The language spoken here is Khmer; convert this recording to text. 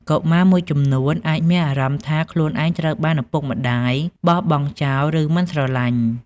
កុមារមួយចំនួនអាចមានអារម្មណ៍ថាខ្លួនត្រូវបានឪពុកម្ដាយបោះបង់ចោល ឬមិនស្រឡាញ់។